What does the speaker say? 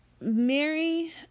Mary